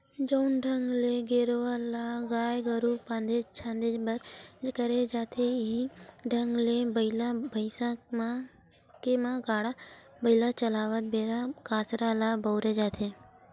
जउन ढंग ले गेरवा ल गाय गरु बांधे झांदे बर करे जाथे इहीं ढंग ले बइला भइसा के म गाड़ा बइला चलावत बेरा कांसरा ल बउरे जाथे